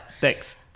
Thanks